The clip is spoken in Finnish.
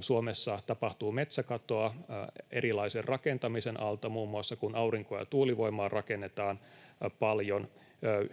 Suomessa tapahtuu metsäkatoa erilaisen rakentamisen alta, muun muassa kun aurinko- ja tuulivoimaa rakennetaan paljon.